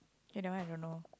eh that one I don't know